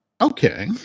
Okay